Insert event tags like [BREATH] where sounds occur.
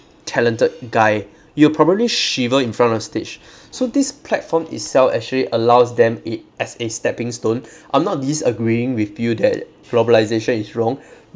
talented guy you probably shiver in front of stage so this platform itself actually allows them it as a stepping stone [BREATH] I'm not disagreeing with you that globalisation is wrong [BREATH]